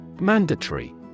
Mandatory